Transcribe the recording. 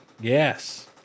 Yes